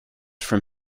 from